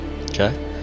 Okay